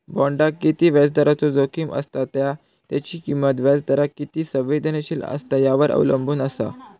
बॉण्डाक किती व्याजदराचो जोखीम असता त्या त्याची किंमत व्याजदराक किती संवेदनशील असता यावर अवलंबून असा